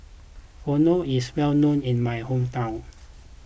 Pho is well known in my hometown